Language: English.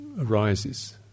arises